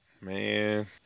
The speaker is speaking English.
Man